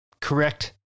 correct